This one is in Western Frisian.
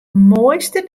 moaiste